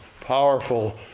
powerful